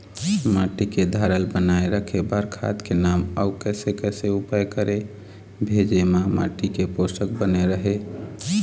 माटी के धारल बनाए रखे बार खाद के नाम अउ कैसे कैसे उपाय करें भेजे मा माटी के पोषक बने रहे?